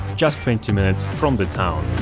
just twenty minutes from the town